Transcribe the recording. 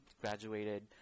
graduated